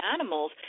animals